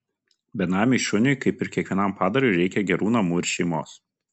benamiui šuniui kaip ir kiekvienam padarui reikia gerų namų ir šeimos